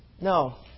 No